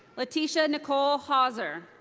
latisha nicole hauser.